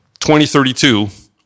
2032